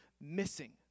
missing